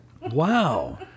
Wow